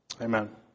Amen